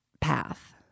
path